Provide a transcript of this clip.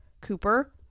Cooper